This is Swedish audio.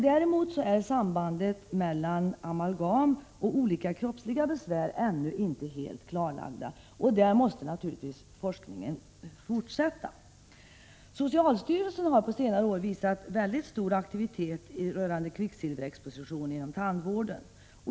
Däremot är sambandet mellan amalgam och olika kroppsliga besvär ännu inte helt klarlagt, och på det området måste givetvis forskningen fortsätta. Socialstyrelsen har under de senare åren visat stor aktivitet rörande kvicksilverexpositionen inom tandvården.